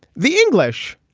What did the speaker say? the english,